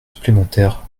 supplémentaires